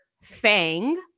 FANG